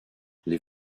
les